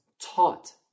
taught